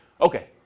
Okay